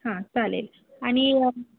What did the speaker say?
हां चालेल आणि